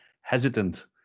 hesitant